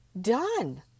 Done